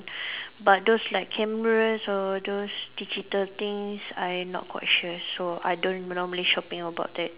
but those like cameras or those digital things I not quite sure so I don't normally shopping about that